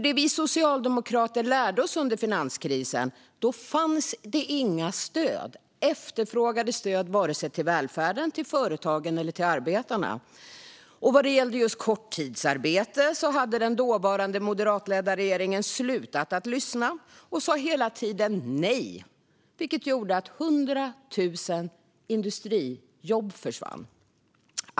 Det vi socialdemokrater lärde oss under finanskrisen var att det då inte fanns efterfrågade stöd till välfärden, företagen och arbetarna. Vad gällde just korttidsarbete hade den dåvarande moderatledda regeringen slutat att lyssna och sa hela tiden nej, vilket gjorde att 100 000 industrijobb försvann.